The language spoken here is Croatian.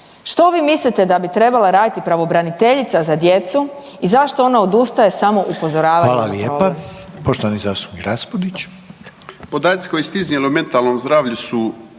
Što vi mislite da bi trebala raditi pravobraniteljica za djecu i zašto ona odustaje samo upozoravanjem